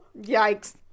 Yikes